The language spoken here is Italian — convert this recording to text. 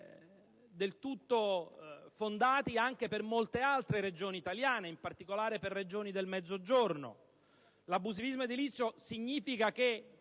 del tutto fondati anche per molte altre Regioni italiane, in particolare per Regioni del Mezzogiorno. Abusivismo edilizio significa che,